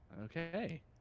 Okay